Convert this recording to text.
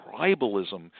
tribalism